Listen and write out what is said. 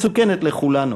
מסוכנת לכולנו.